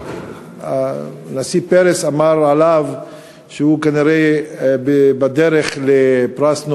הנשיא פרס אמר עליו שהוא כנראה בדרך לפרס נובל.